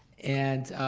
and